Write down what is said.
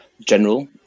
general